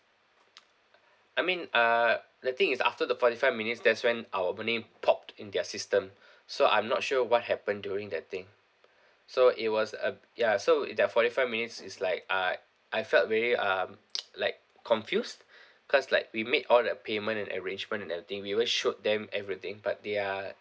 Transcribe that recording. I mean uh the thing is after the forty five minutes that's when our name popped in their system so I'm not sure what happened during that thing so it was a ya so they're forty five minutes is like uh I felt very um like confused cause like we made all the payment and arrangement and everything we already showed them everything but they are